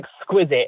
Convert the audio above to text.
exquisite